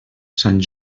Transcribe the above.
sant